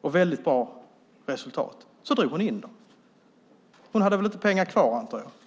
och bra resultat drog hon in dem. Hon hade väl inte pengar kvar, antar jag.